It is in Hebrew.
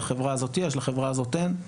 לחברה הזאת יש, לחברה הזאת אין.